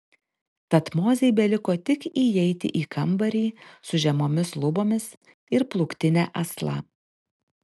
tad mozei beliko tik įeiti į kambarį su žemomis lubomis ir plūktine asla